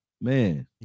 Man